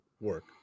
work